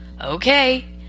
Okay